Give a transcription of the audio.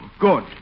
Good